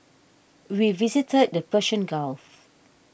we visited the Persian Gulf